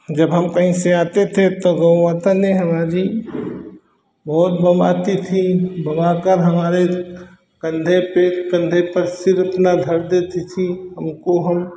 जब हम कही से आते थे तब गौ माता ने हमारी बहुत बम्बाती थी बम्बाकर हमारी कंधे पर कंधे पर सिर अपना धर देती थी उनको हम